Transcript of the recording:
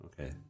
Okay